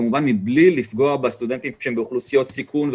כמובן מבלי לפגוע בסטודנטים שהם באוכלוסיות סיכון,